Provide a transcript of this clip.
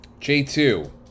J2